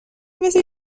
مثل